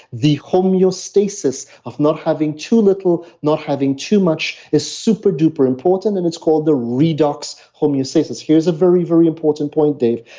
the homeostasis of not having too little, not having too much is superduper important and it's called the redox homeostasis here's a very, very important point, dave.